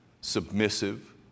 submissive